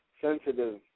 sensitive